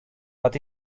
but